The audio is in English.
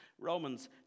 Romans